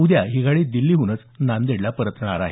उद्या ही गाडी दिल्लीहूनच नांदेडला परणार आहे